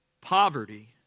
poverty